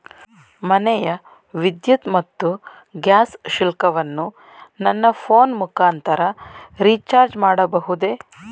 ಮನೆಯ ವಿದ್ಯುತ್ ಮತ್ತು ಗ್ಯಾಸ್ ಶುಲ್ಕವನ್ನು ನನ್ನ ಫೋನ್ ಮುಖಾಂತರ ರಿಚಾರ್ಜ್ ಮಾಡಬಹುದೇ?